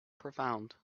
profound